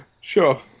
Sure